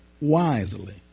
wisely